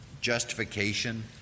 justification